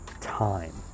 time